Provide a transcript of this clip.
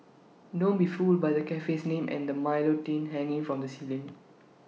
don't be fooled by the cafe's name and the milo tin hanging from the ceiling